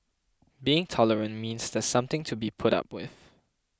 being tolerant means there's something to be put up with